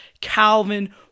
Calvin